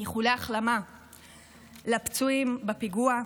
איחולי החלמה לפצועים בפיגוע.